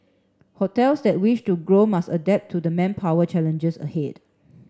hotels that wish to grow must adapt to the manpower challenges ahead